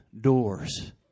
doors